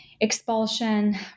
Expulsion